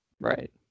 Right